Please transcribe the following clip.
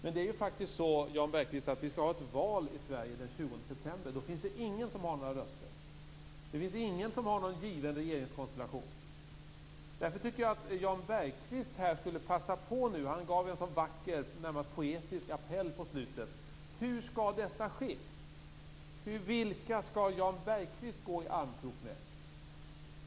Vi skall ju, Jan Bergqvist, ha ett val i Sverige den 20 september, och då finns det ingen som har några röster, det finns ingen given regeringskonstellation. Jan Bergqvist gav i slutet av sitt anförande en sådan vacker, närmast poetisk appell. Jag tycker därför att han skulle passa på att tala om hur detta skall ske. Vilka skall Jan Bergqvist gå i armkrok med?